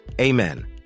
Amen